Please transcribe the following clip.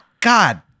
God